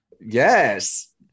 Yes